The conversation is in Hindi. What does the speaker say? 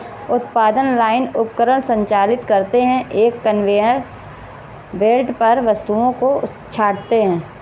उत्पादन लाइन उपकरण संचालित करते हैं, एक कन्वेयर बेल्ट पर वस्तुओं को छांटते हैं